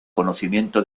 conocimiento